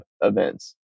events